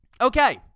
Okay